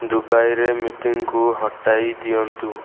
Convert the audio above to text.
ଦୁବାଇରେ ମିଟିଂ କୁ ହଟାଇ ଦିଅନ୍ତୁ